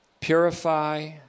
Purify